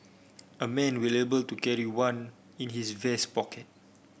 a man will able to carry one in his vest pocket